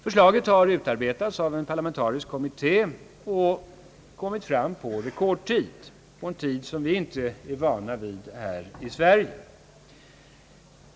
Förslaget har utarbetats av en parlamentarisk kommitté och har kommit fram på rekordtid — på en tid som vi inte är vana vid här i Sverige.